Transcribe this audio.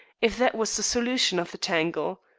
if that was the solution of the tangle?